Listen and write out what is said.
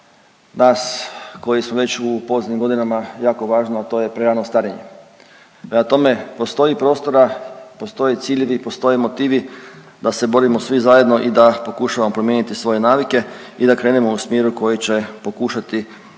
nas koji smo već u poznim godinama jako važno a to je prerano starenje. Prema tome, postoji prostora, postoje ciljevi i postoje motivi da se borimo svi zajedno i da pokušamo promijeniti svoje navike i da krenemo u smjeru koji će pokušati barem